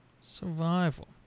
Survival